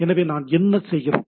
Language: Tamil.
எனவே நாம் என்ன செய்கிறோம்